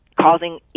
causing